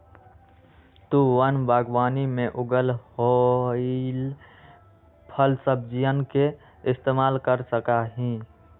तु वन बागवानी में उगल होईल फलसब्जियन के इस्तेमाल कर सका हीं